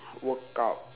workout